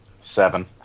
Seven